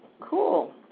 Cool